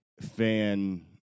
fan